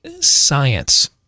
science